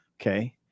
Okay